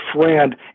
friend